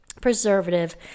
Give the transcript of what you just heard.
preservative